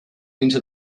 into